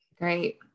great